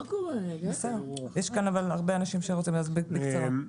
יש כאן הרבה אנשים שרוצים, אז בקצרה.